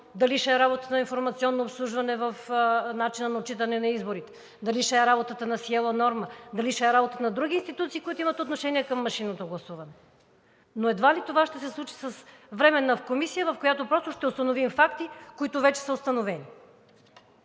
дали ще е работата на „Информационно обслужване“ в начина на отчитане на изборите, дали ще е работата на „Сиела Норма“, дали ще е работата на други институции, които имат отношение към машинното гласуване, но едва ли това ще се случи с Временна комисия, в която просто ще установим факти, които вече са установени.